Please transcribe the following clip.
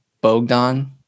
Bogdan